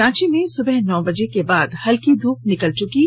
रांची में सुबह नौ बजे के बाद हल्की धूप निकल चुकी है